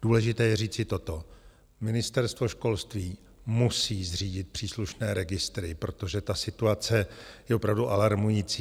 Důležité je říci toto: Ministerstvo školství musí zřídit příslušné registry, protože ta situace je opravdu alarmující.